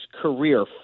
career